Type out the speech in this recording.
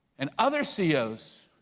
and other ceos,